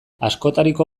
askotariko